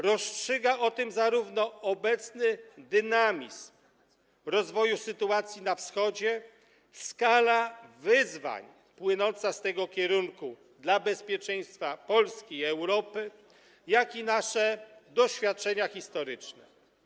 Rozstrzyga o tym zarówno obecny dynamizm rozwoju sytuacji na wschodzie, skala wyzwań płynąca z tego kierunku dla bezpieczeństwa Polski i Europy, jak i nasze doświadczenia historyczne.